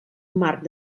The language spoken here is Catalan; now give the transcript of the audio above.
marc